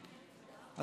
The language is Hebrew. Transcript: מכובדי השר,